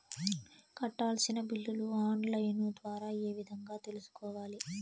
కట్టాల్సిన బిల్లులు online ద్వారా ఏ విధంగా తెలుసుకోవాలి?